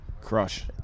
crush